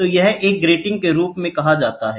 तो यह एक ग्रीटिंग के रूप में कहा जाता है